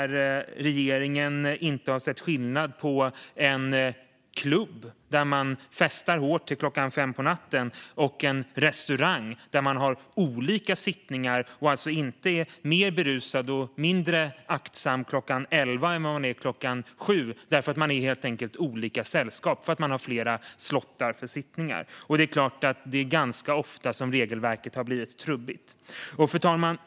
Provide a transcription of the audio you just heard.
Regeringen har inte sett skillnad på en klubb, där människor festar hårt till klockan 5 på natten, och en restaurang som har olika sittningar och där människor inte är mer berusade och mindre aktsamma klockan 23 än de är klockan 19 - det är helt enkelt olika sällskap eftersom det är flera sittningar. Det är ganska ofta som regelverket har blivit trubbigt. Fru talman!